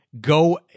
go